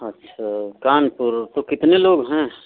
अच्छा कानपुर तो कितने लोग हैं